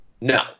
No